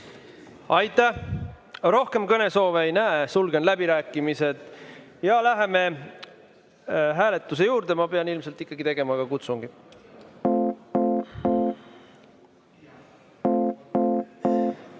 Aitäh! Rohkem kõnesoove ei näe. Sulgen läbirääkimised ja läheme hääletuse juurde. Ma pean ilmselt ikkagi tegema kutsungi. Head